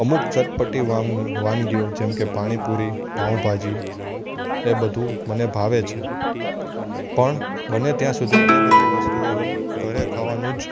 અમુક ચટપટી વાન વાનગીઓ જેમકે પાણીપૂરી પાઉંભાજી એ બધું મને ભાવે છે પણ બને ત્યાં સુધી એ બધી વસ્તુઓ હું ઘરે ખાવાનું જ